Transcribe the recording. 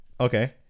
Okay